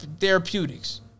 Therapeutics